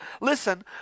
Listen